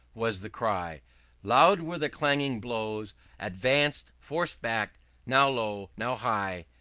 was the cry loud were the clanging blows advanced forced back now low, now high,